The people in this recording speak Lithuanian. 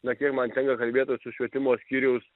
na kiek man tenka kalbėtis su švietimo skyriaus